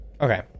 Okay